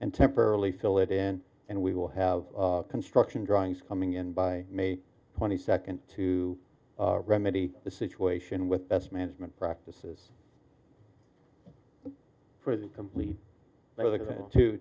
and temporarily fill it in and we will have construction drawings coming in by may twenty second to remedy the situation with best management practices for the complete t